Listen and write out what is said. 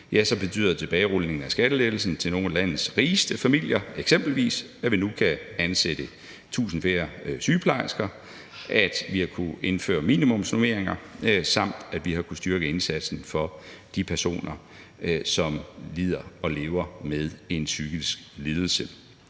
så betyder tilbagerulningen af skattelettelsen til nogle af landets rigeste familier eksempelvis, at vi nu kan ansætte 1.000 flere sygeplejersker, at vi har kunnet indføre minimumsnormeringer, og at vi har kunnet styrke indsatsen for de personer, som lider af og lever med en psykisk lidelse.